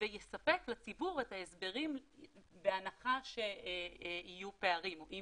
ויספק לציבור את ההסברים בהנחה שיהיו פערים, אם